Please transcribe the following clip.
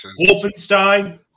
Wolfenstein